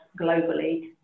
globally